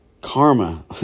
karma